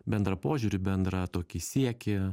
bendrą požiūrį bendrą tokį siekį